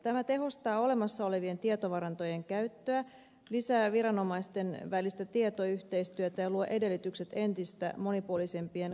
tämä tehostaa olemassa olevien tietovarantojen käyttöä lisää viranomaisten välistä tietoyhteistyötä ja luo edellytykset entistä monipuolisempien kansalaispalvelujen syntymiselle